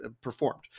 performed